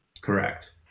Correct